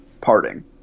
parting